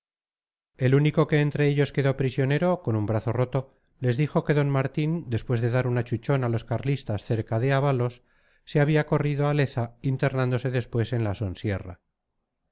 el único que entre ellos quedó prisionero con un brazo roto les dijo que d martín después de dar un achuchón a los carlistas cerca de avalos se había corrido a leza internándose después en la sonsierra